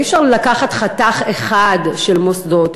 ואי-אפשר לקחת חתך אחד של מוסדות.